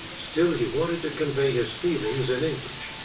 still, he wanted to convey his feelings in english.